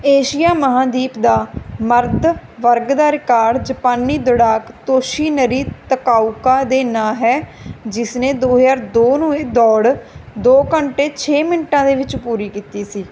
Asia ਮਹਾਂਦੀਪ ਦਾ ਮਰਦ ਵਰਗ ਦਾ ਰਿਕਾਰਡ ਜਪਾਨੀ ਦੌੜਾਕ ਤੋਸ਼ੀ ਨਰੀ ਤਕਾਊਕਾ ਦੇ ਨਾਂ ਹੈ ਜਿਸਨੇ ਦੋ ਹਜ਼ਾਰ ਦੋ ਨੂੰ ਇਹ ਦੌੜ ਦੋ ਘੰਟੇ ਛੇ ਮਿੰਟਾਂ ਦੇ ਵਿੱਚ ਪੂਰੀ ਕੀਤੀ ਸੀ